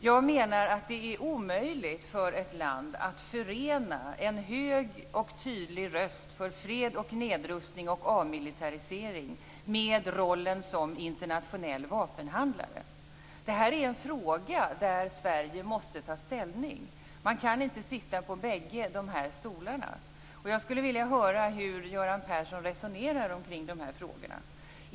Jag menar att det är omöjligt för ett land att förena en hög och tydlig röst för fred, nedrustning och avmilitarisering med rollen som internationell vapenhandlare. Det här är en fråga där Sverige måste ta ställning. Man kan inte sitta på bägge de här stolarna. Och jag skulle vilja höra hur Göran Persson resonerar kring de här frågorna.